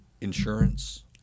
insurance